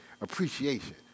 appreciation